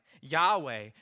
Yahweh